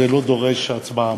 זה לא דורש הצבעה.